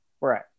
Right